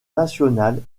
nationales